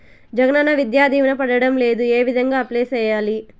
జగనన్న విద్యా దీవెన పడడం లేదు ఏ విధంగా అప్లై సేయాలి